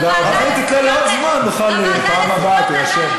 תודה רבה לחבר הכנסת ג'בארין.